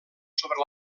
sobre